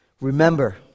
Remember